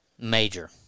major